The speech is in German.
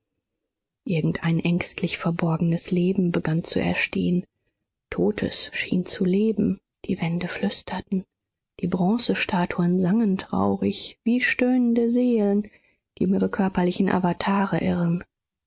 irgendein ängstlich verborgenes leben begann zu erstehen totes schien zu leben die wände flüsterten die bronzestatuen sangen traurig wie stöhnende seelen die um ihre körperlichen awatare irren